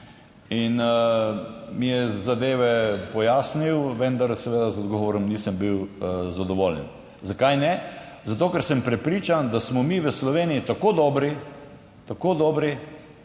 in mi je zadeve pojasnil, vendar seveda z odgovorom nisem bil zadovoljen. Zakaj ne? Zato, ker sem prepričan, da smo mi v Sloveniji tako dobri - to